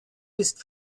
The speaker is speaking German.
ist